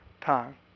time